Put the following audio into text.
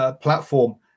Platform